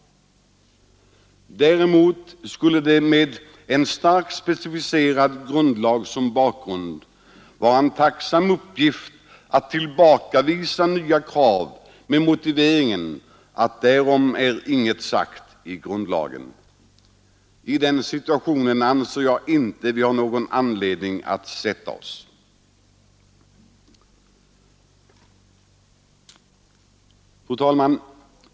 Däremot skulle det med en starkt specificerad grundlag som bakgrund vara en tacksam uppgift att tillbakavisa nya krav med motiveringen att därom ingenting är stadgat i grundlagen. Den situationen anser jag inte vi har någon anledning att försätta oss i. Fru talman!